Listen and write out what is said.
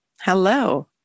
Hello